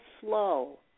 slow